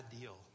deal